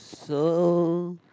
so